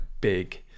big